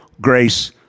grace